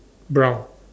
brown